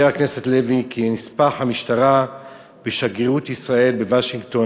הכנסת לוי כנספח המשטרה בשגרירות ישראל בוושינגטון,